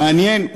מעניין,